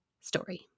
story